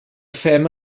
fem